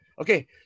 Okay